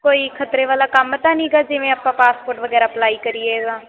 ਕੋਈ ਖਤਰੇ ਵਾਲਾ ਕੰਮ ਤਾਂ ਨੀਗਾ ਜਿਵੇਂ ਆਪਾਂ ਪਾਸਪੋਰਟ ਵਗੈਰਾ ਅਪਲਾਈ ਕਰੀਏ ਤਾਂ